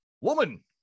Woman